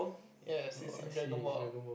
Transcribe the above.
yes it's in dragon ball